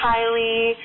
Kylie